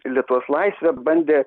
lietuvos laisvę bandė